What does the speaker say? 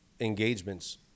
engagements